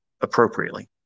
appropriately